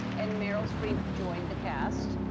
and meryl streep joined the cast,